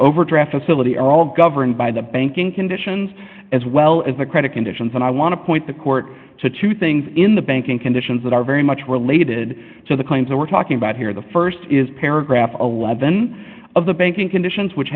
overdraft facility are all governed by the banking conditions as well as the credit conditions and i want to point the court to two things in the banking conditions that are very much related so the kinds of we're talking about here the st is paragraph eleven of the banking conditions which